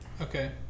okay